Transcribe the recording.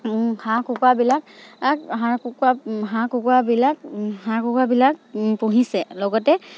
হাঁহ কুকুৰাবিলাক হাঁহ কুকুৰা হাঁহ কুকুৰাবিলাক হাঁহ কুকুৰাবিলাক পুহিছে লগতে